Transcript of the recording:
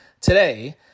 today